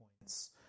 points